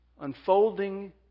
unfolding